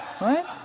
right